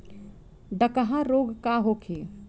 डकहा रोग का होखे?